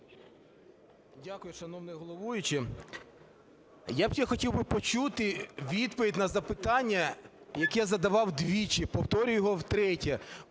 Дякую, шановний головуючий. Я б ще хотів би почути відповідь на запитання, яке я задавав двічі, повторюю його втретє.